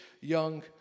young